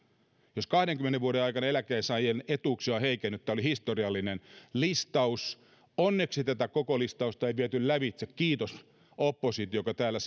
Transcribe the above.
jos kahdenkymmenen vuoden aikana eläkkeensaajien etuuksia on heikennetty tämä oli historiallinen listaus onneksi tätä koko listausta ei viety lävitse kiitos oppositiolle joka täällä